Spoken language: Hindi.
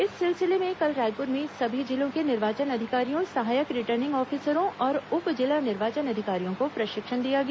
इस सिलसिले में कल रायपुर में सभी जिलों के निर्वाचन अधिकारियों सहायक रिटर्निंग ऑफिसरों और उप जिला निर्वाचन अधिकारियों को प्रशिक्षण दिया गया